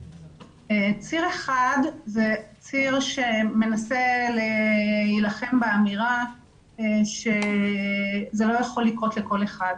ציר אחד זה ציר שמנסה להילחם באמירה שזה לא יכול לקרות לכל אחד,